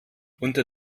unter